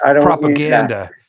propaganda